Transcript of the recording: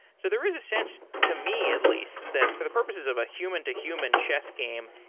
so there is sense to me at least that for the purposes of a human to human chess game,